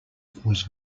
was